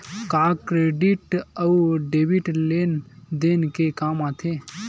का क्रेडिट अउ डेबिट लेन देन के काम आथे?